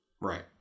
right